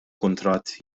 kuntratt